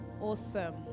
Awesome